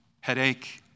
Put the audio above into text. Headache